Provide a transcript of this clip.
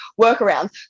workarounds